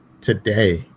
today